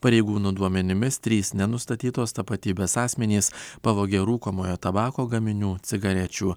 pareigūnų duomenimis trys nenustatytos tapatybės asmenys pavogė rūkomojo tabako gaminių cigarečių